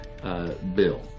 Bill